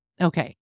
Okay